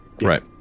Right